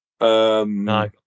No